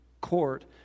court